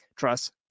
Trust